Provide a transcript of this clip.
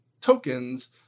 tokens